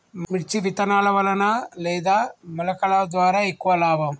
మిర్చి విత్తనాల వలన లేదా మొలకల ద్వారా ఎక్కువ లాభం?